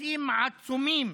פקקים עצומים